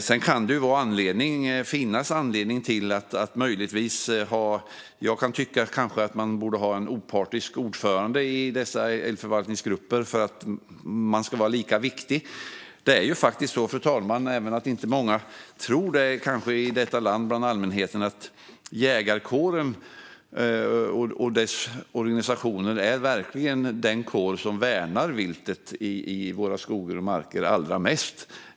Sedan kan jag möjligtvis tycka att det borde vara opartiska ordförande i dessa älgförvaltningsgrupper; man ska vara lika viktiga. Fru talman! Även om det kanske finns många bland allmänheten i detta land som inte tror det är jägarkåren med sina organisationer verkligen den kår som värnar viltet i våra skogar och marker allra mest.